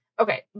Okay